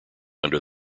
under